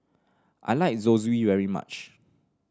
I like Zosui very much